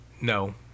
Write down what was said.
no